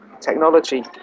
technology